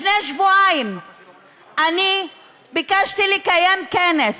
לפני שבועיים אני ביקשתי לקיים כנס,